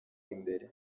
imbere